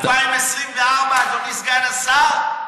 2024, אדוני סגן השר?